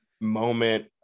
moment